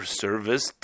service